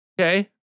Okay